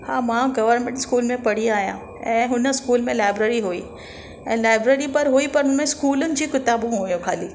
हा मां government school में पढ़ी आहियां ऐं हुन स्कूल में लाइब्रेरी हुई ऐं लाइब्रेरी पर हुई पर हुन में स्कूलनि जी किताब हुयूं ख़ाली